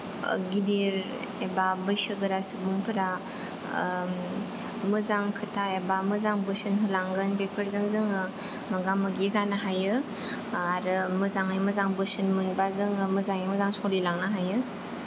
ओ गिदिर एबा बैसोगोरा सुबुंफोरा मोजां खोथा एबा मोजां बोसोन होलांगोन बेफोरजों जोङो मोगा मोगि जानो हायो ओ आरो मोजाङै मोजां बोसोन मोनबा जोङो मोजाङै मोजां सोलिलांनो हायो